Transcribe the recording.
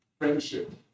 friendship